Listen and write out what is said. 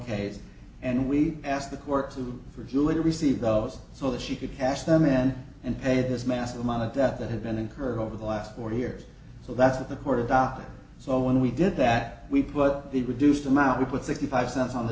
case and we asked the court to review it or receive those so that she could cash them in and pay this massive amount of debt that had been incurred over the last forty years so that's what the court docket so when we did that we put the reduced amount we put sixty five cents on the